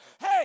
Hey